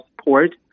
support